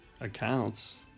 accounts